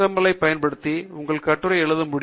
L ஐப் பயன்படுத்தவும் உங்கள் கட்டுரை எழுத முடியும்